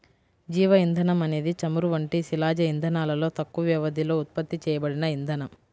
జీవ ఇంధనం అనేది చమురు వంటి శిలాజ ఇంధనాలలో తక్కువ వ్యవధిలో ఉత్పత్తి చేయబడిన ఇంధనం